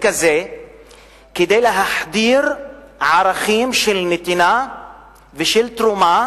כזה כדי להחדיר ערכים של נתינה ושל תרומה